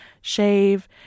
shave